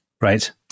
Right